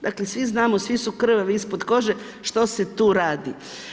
Dakle, svi znamo, svi su krvavi ispod kože, što se tu radi.